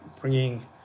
bringing